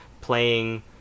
playing